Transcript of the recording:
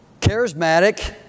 charismatic